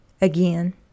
again